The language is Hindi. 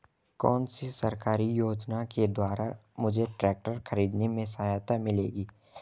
कौनसी सरकारी योजना के द्वारा मुझे ट्रैक्टर खरीदने में सहायता मिलेगी?